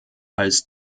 als